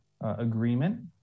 agreement